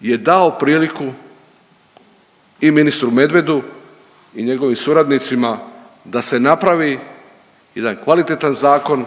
je dao priliku i ministru Medvedu i njegovim suradnicima da se napravi jedan kvalitetan zakon,